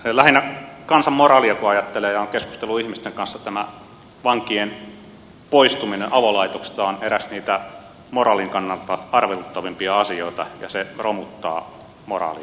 lähinnä kansan moraalia kun ajattelee ja on keskustellut ihmisten kanssa niin tämä vankien poistuminen avolaitoksista on eräs niitä moraalin kannalta arveluttavimpia asioita ja se romuttaa moraalia